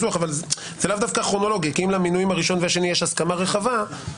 אם למינוי הראשון והשני יש הסכמה רחבה,